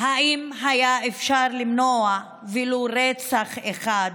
האם היה אפשר למנוע ולו רצח אחד